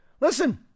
Listen